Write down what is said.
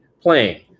playing